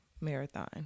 marathon